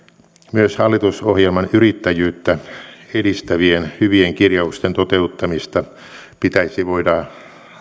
myös hallitusohjelman yrittäjyyttä edistävien hyvien kirjausten toteuttamista pitäisi voida